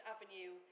Avenue